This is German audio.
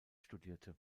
studierte